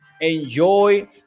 Enjoy